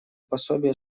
пособия